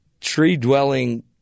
tree-dwelling